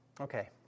Okay